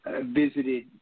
visited